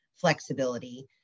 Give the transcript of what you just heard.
flexibility